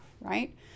right